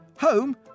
home